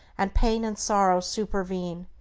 and pain and sorrow supervene,